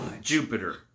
Jupiter